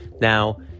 Now